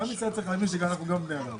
בכלל קיימים שם מקומות כאלה.